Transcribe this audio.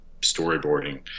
storyboarding